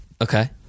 Okay